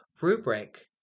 rubric